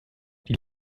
die